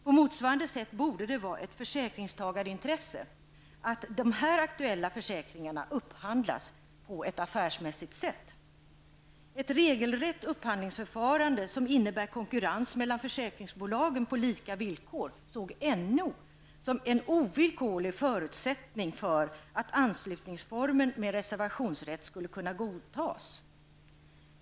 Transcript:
På motsvarande sätt borde det vara ett försäkringstagarintresse att de här aktuella försäkringarna upphandlas på ett affärsmässigt sätt. Ett regelrätt upphandlingsförfarande, som innebär konkurrens mellan försäkringsbolagen på lika villkor, såg näringsombudsmannen som en ovillkorlig förutsättning för att anslutningsformen med reservationsrätt skulle kunna godtas.